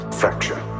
fracture